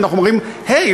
אנחנו אומרים: היי,